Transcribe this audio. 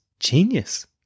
Genius